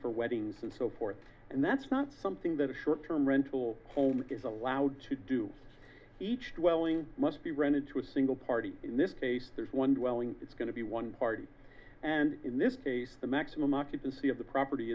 for weddings and so forth and that's not something that a short term rental home is allowed to do each dwelling must be rented to a single party in this case there's one dwelling it's going to be one party and in this case the maximum occupancy of the property